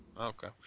Okay